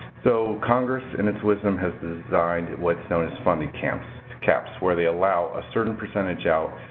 so congress, in its wisdom, has designed what's known as funding camps caps where they allow a certain percentage out,